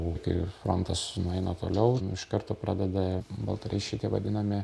kai frontas nueina toliau iš karto pradeda baltaraiščiai vadinami